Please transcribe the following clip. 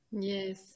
Yes